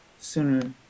sooner